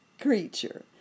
creature